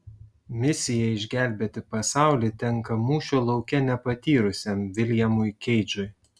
misija išgelbėti pasaulį tenka mūšio lauke nepatyrusiam viljamui keidžui